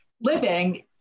living